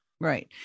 Right